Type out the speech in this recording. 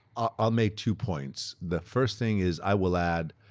ah make two points. the first thing is i will add,